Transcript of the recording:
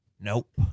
Nope